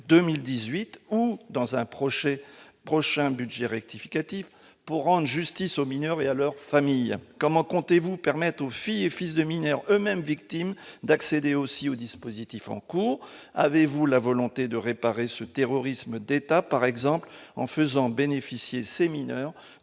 2018 ou dans un proche et le prochain budget rectificatif pour rendre justice aux mineurs et à leurs familles, comment comptez-vous permettre aux filles et fils de mineur, eux-mêmes victimes d'accéder aussi au dispositif en cours : avez-vous la volonté de réparer ce terrorisme d'État, par exemple en faisant bénéficier ces mineurs